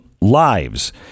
lives